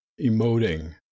emoting